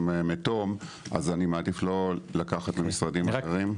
אז אני מעדיף לא לקחת ממשרדים אחרים.